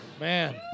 Man